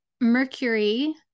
mercury